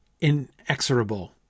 inexorable